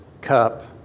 cup